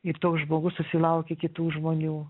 ir toks žmogus susilaukia kitų žmonių